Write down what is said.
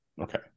Okay